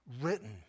written